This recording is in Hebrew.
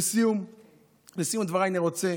לסיום דבריי אני רוצה